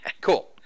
cool